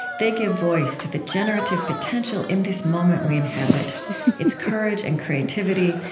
they give voice to the generative potential in this moment we inhabit its courage and creativity,